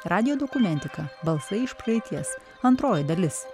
radijo dokumentika balsai iš praeities antroji dalis